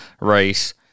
race